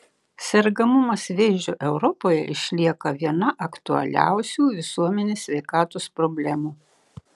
sergamumas vėžiu europoje išlieka viena aktualiausių visuomenės sveikatos problemų